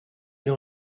know